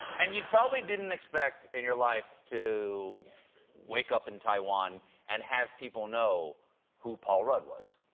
and you probably didn't expect in your life to wake up in taiwan and have people know who paul rudd was.